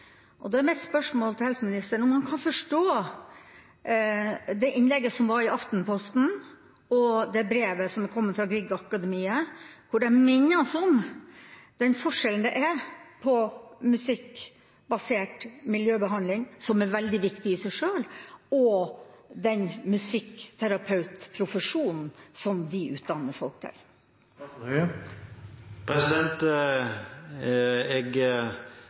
profesjon. Da er mitt spørsmål til helseministeren om han kan forstå det innlegget som var i Aftenposten, og brevet som har kommet fra Griegakademiet hvor det minnes om den forskjellen det er på musikkbasert miljøbehandling – som er veldig viktig i seg sjøl – og den musikkterapeutprofesjonen som de utdanner folk til. Jeg